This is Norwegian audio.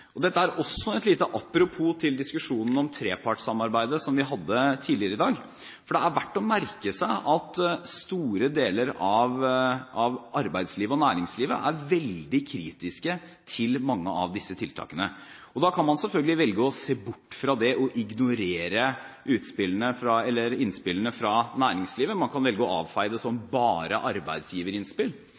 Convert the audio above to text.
Dette er også et lite apropos til diskusjonen om trepartssamarbeid som vi hadde tidligere i dag, for det er verdt å merke seg at store deler av arbeidslivet og næringslivet er veldig kritiske til mange av disse tiltakene. Man kan selvfølgelig velge å se bort fra det og ignorere innspillene fra næringslivet. Man kan velge å avfeie det som «bare» arbeidsgiverinnspill,